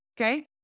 okay